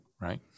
right